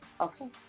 Okay